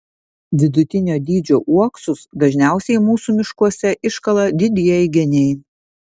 vidutinio dydžio uoksus dažniausiai mūsų miškuose iškala didieji geniai